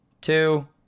two